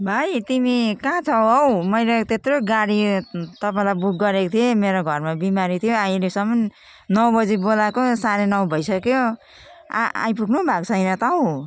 भाइ तिमी कहाँ छौ हौ मैले त्यत्रो गाडी तपाईँलाई बुक गरेको थिएँ मेरो घरमा बिमारी थियो अहिलेसम्मन् नौ बजी बोलाको साढे नौ भइसक्यो आ आइपुग्नुभएको छैन त हौ